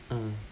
mm